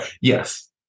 yes